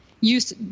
use